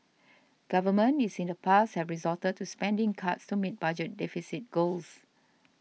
governments using in the past have resorted to spending cuts to meet budget deficit goals